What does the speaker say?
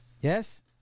yes